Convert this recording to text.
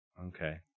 Okay